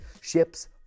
Ships